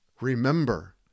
Remember